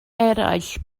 eraill